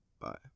Bye